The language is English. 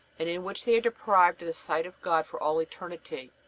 and in which they are deprived of the sight of god for all eternity,